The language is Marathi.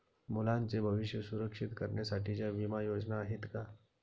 मुलांचे भविष्य सुरक्षित करण्यासाठीच्या विमा योजना आहेत का?